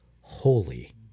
holy